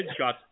headshots